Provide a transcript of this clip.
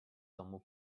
domu